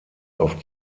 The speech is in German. auf